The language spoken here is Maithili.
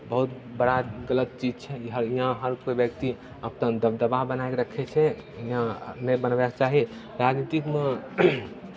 बहुत बड़ा गलत चीज छै यहाँ हर कोइ व्यक्ति अपन दबदबा बनाए कऽ रखै छै यहाँ नहि बनबयके चाही राजनीतिमे